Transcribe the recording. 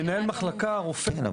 מנהל מחלקה, רופא, לא חשוב.